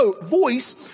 voice